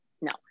no